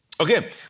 Okay